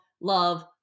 love